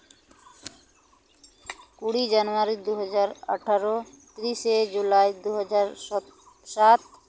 ᱠᱩᱲᱤ ᱡᱟᱱᱩᱣᱟᱨᱤ ᱫᱩ ᱦᱟᱡᱟᱨ ᱟᱴᱷᱟᱨᱚ ᱛᱤᱨᱤᱥᱮ ᱡᱩᱞᱟᱭ ᱫᱩ ᱦᱟᱡᱟᱨ ᱥᱟᱛ